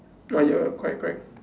oh ya correct correct